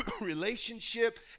relationship